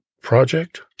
project